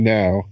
now